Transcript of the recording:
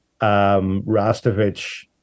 Rastovich